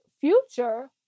Future